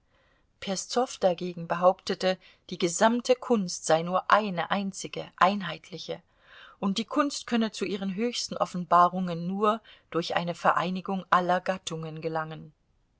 peszow dagegen behauptete die gesamte kunst sei nur eine einzige einheitliche und die kunst könne zu ihren höchsten offenbarungen nur durch eine vereinigung aller gattungen gelangen